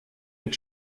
mit